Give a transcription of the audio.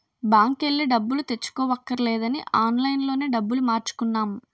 బాంకెల్లి డబ్బులు తెచ్చుకోవక్కర్లేదని ఆన్లైన్ లోనే డబ్బులు మార్చుకున్నాం